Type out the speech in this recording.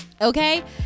okay